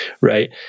right